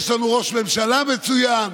נציגי הרשימה המשותפת,